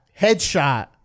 Headshot